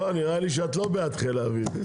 לא, נראה לי שאת לא בעד חיל האוויר.